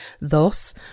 Thus